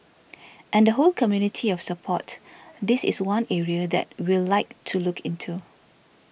and the whole community of support this is one area that we'll like to look into